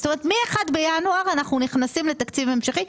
כלומר מ-1 בינואר אנחנו נכנסים לתקציב המשכי,